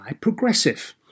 Progressive